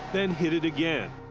then hit it again.